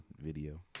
video